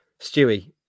Stewie